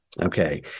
Okay